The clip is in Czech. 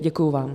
Děkuji vám.